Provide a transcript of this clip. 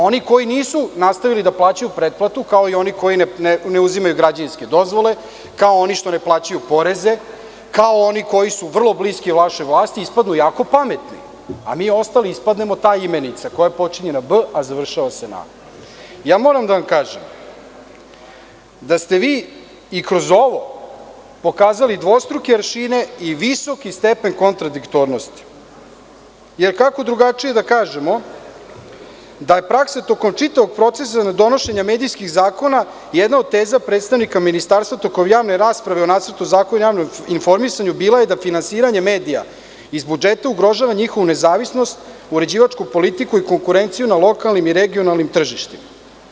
Oni koji nisu nastavili da plaćaju pretplatu kao i oni koji ne uzimaju građanske dozvole, kao oni što ne plaćaju poreze, kao oni koji su vrlo bliski vašoj vlasti ispadaju jako pametni, a mi ostali ispadnemo ta imenica koja počinje na B a završava na A. Moram da vam kažem da ste vi i kroz ovo pokazali dvostruke aršine i visoki stepen kontrodiktornosti, jer kako drugačije da kažemo da je praksa tokom čitavog procesa donošenja medijskih zakona jedna od teza predstavnika ministarstva tokom javne rasprave o Nacrtu zakona o javnom informisanju bila je da finansiranje medija iz budžeta ugrožava njihovu nezavisnost, uređivačku politiku i konkurenciju na lokalnim i regionalnim tržištima.